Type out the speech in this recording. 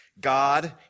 God